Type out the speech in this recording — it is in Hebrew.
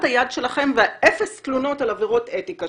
היד שלכם ואפס התלונות על עבירות אתיקה,